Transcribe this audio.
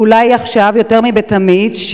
ואולי עכשיו יותר מתמיד,